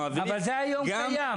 אבל זה קיים היום.